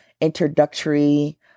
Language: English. introductory